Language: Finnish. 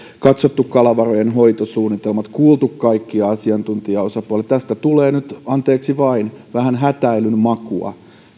katsottu kalavarojen hoitosuunnitelmat ja kuultu kaikkia asiantuntijaosapuolia tästä tilanteesta tulee nyt anteeksi vain vähän hätäilyn makua